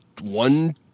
one